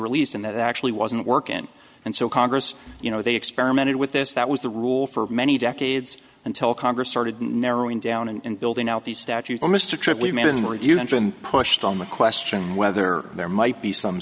released and that actually wasn't workin and so congress you know they experimented with this that was the rule for many decades until congress started narrowing down and building out these statutes almost a trip we made and were pushed on the question whether there might be some